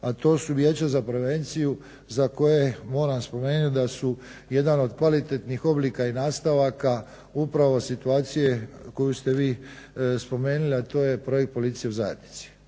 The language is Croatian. a to su Vijeća za prevenciju za koje moram spomenuti da su jedan od kvalitetnih oblika i nastavaka upravo situacije koju ste vi spomenuli, a to je projekt policije u zajednici.